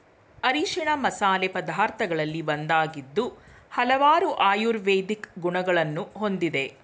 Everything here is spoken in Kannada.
ಅರಿಶಿಣ ಮಸಾಲೆ ಪದಾರ್ಥಗಳಲ್ಲಿ ಒಂದಾಗಿದ್ದು ಹಲವಾರು ಆಯುರ್ವೇದಿಕ್ ಗುಣಗಳನ್ನು ಹೊಂದಿದೆ